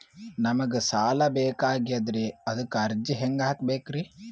ನಮಗ ಸಾಲ ಬೇಕಾಗ್ಯದ್ರಿ ಅದಕ್ಕ ಅರ್ಜಿ ಹೆಂಗ ಹಾಕಬೇಕ್ರಿ?